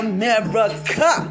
America